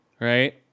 right